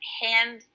hand